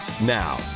Now